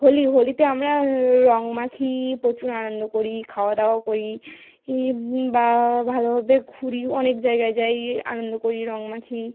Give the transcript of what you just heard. হোলি হোলিতে আমরা ররং মাখি প্রচুর আনন্দ করি খাওয়া দাওয়াও করি ই বা ভালোভাবে ঘুরি অনেক জায়গায় যাই আনন্দ করি রং মাখি